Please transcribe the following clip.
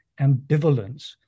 ambivalence